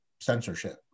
censorship